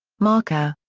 marka.